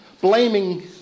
blaming